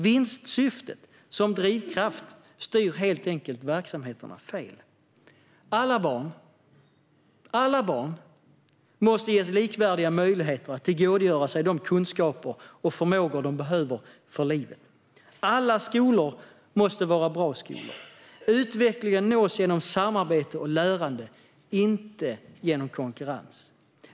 Vinstsyftet som drivkraft styr helt enkelt verksamheterna fel. Alla barn måste ges likvärdiga möjligheter att tillgodogöra sig de kunskaper och förmågor de behöver för livet. Alla skolor måste vara bra skolor. Utveckling nås genom samarbete och lärande, inte genom konkurrens.